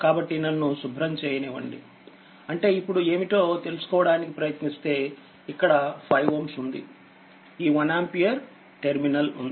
కాబట్టినన్ను శుభ్రం చేయనివ్వండిఅంటేఇప్పుడు ఏమిటో తెలుసుకోవడానికి ప్రయత్నిస్తేఇక్కడ 5Ω ఉందిఈ 1 ఆంపియర్ ఉంది1టెర్మినల్ఉంది